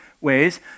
ways